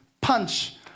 punch